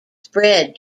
spread